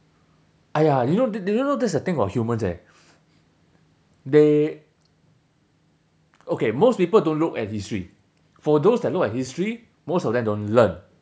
!aiya! you know the the you know that's thing about humans eh they okay most people don't look at history for those that look at history most of them don't learn